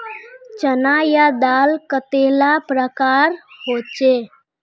चना या दाल कतेला प्रकारेर होचे?